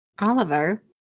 Oliver